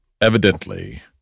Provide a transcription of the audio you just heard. evidently